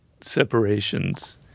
separations